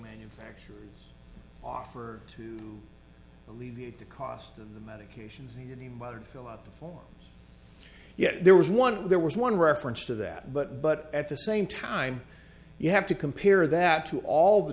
manufacturers offer to alleviate the cost of the medications he and he muttered fill out the forms yet there was one there was one reference to that but but at the same time you have to compare that to all the